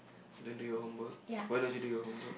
don't do your homework why don't you do your homework